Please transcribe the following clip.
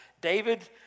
David